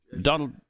Donald